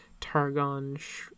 Targon